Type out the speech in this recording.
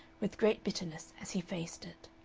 with great bitterness as he faced it.